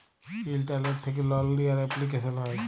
ইলটারলেট্ থ্যাকে লল লিয়ার এপলিকেশল হ্যয়